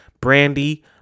Brandy